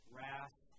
Wrath